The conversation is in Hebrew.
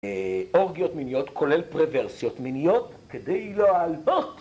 אורגיות מיניות כולל פרברסיות מיניות כדי להעלות